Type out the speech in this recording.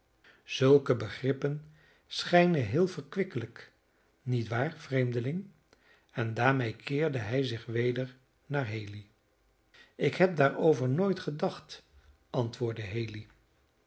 zulke begrippen schijnen heel verkwikkelijk niet waar vreemdeling en daarmede keerde hij zich weder naar haley ik heb daarover nooit gedacht antwoordde haley